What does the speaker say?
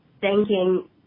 thanking